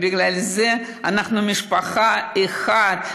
ובגלל זה אנחנו משפחה אחת.